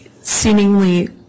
seemingly